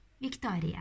Victoria